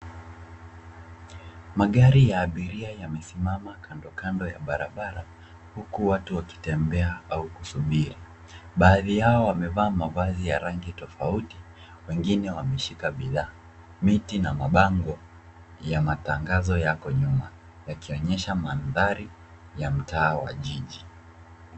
Magari ya abiria yamesimama kandokando ya barabara huku watu wakitembea au kusubiri. Baadhi yao wamevaa mavazi ya rangi tofauti, wengine wameshika bidhaa. Miti na mabango ya matangazo yako nyuma yakionyesha mandhari ya mtaa wa jiji.